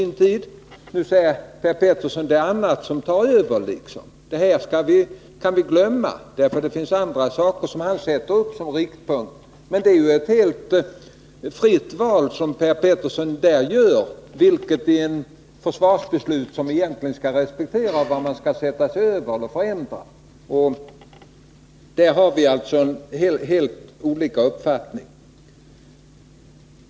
Nu säger Per Petersson att annat tar över, att vi kan glömma detta med rätten att överföra medel, eftersom det finns andra saker som, enligt honom, kan sättas upp som mer betydande riktpunkter. Men det är ju ett helt fritt val som Per Petersson där gör — vilka delar av försvarsbeslutet skall vi egentligen respektera och vad kan man sätta sig över eller förändra. Där har vi alltså olika uppfattningar.